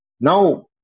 now